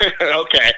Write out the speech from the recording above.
Okay